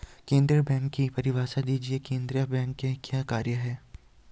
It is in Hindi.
केंद्रीय बैंक की परिभाषा दीजिए केंद्रीय बैंक के क्या कार्य हैं?